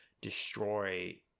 destroy